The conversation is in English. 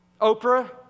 Oprah